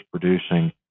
producing